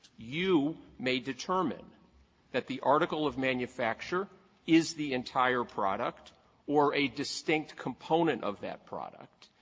you may determine that the article of manufacture is the entire product or a distinct component of that product.